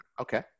Okay